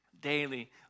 daily